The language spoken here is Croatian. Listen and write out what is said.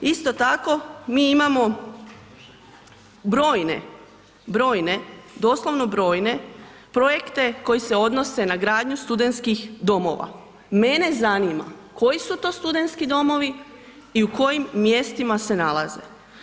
Isto tako mi imamo brojne, brojne, doslovno brojne projekte koji se odnose na gradnju studentskih domova, mene zanima koji su to studentski domovi i u kojim mjestima se nalaze.